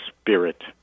spirit